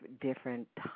different